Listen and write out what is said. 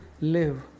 live